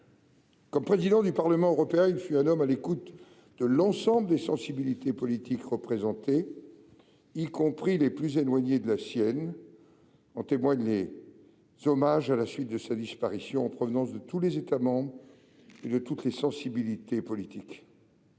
Comme président du Parlement européen, il fut un homme à l'écoute de l'ensemble des sensibilités politiques représentées, y compris les plus éloignées de la sienne. En témoignent les nombreux hommages à la suite de sa disparition, en provenance de tous les États membres et de tous les bords politiques.